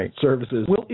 services